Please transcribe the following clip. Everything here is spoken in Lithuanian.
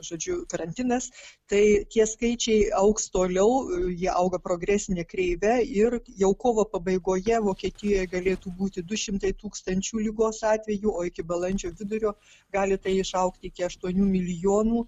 žodžiu karantinas tai tie skaičiai augs toliau jie auga progresine kreive ir jau kovo pabaigoje vokietijoje galėtų būti du šimtai tūkstančių ligos atvejų o iki balandžio vidurio gali tai išaugt iki aštuonių milijonų